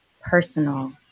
personal